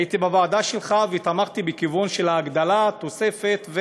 הייתי בוועדה שלך ותמכתי בכיוון של הגדלה, תוספת.